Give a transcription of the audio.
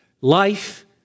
Life